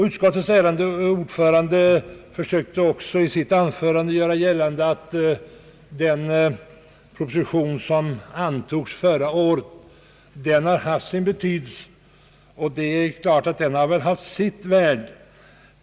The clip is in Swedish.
Utskottets ärade ordförande försökte också i sitt anförande göra gällande att den proposition som antogs förra året har haft sin betydelse, och det är klart att den har haft ett visst värde.